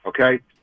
okay